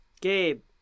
Gabe